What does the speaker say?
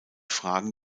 fragen